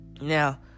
Now